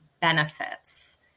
benefits